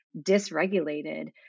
dysregulated